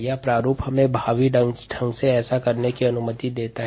यह प्रारूप हमें प्रभावी ढंग से ऐसा करने की अनुमति नहीं देता है